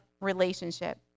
relationship